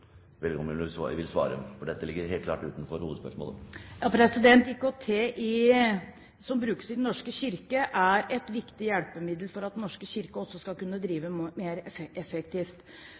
om hun vil svare, for dette ligger helt klart utenfor hovedspørsmålet. IKT som brukes i Den norske kirke, er et viktig hjelpemiddel for at Den norske kirke også skal kunne drive mer effektivt.